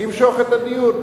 למשוך את הדיון.